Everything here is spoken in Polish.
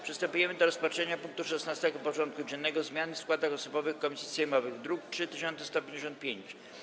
Przystępujemy do rozpatrzenia punktu 16. porządku dziennego: Zmiany w składach osobowych komisji sejmowych (druk nr 3155)